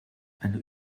eine